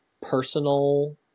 personal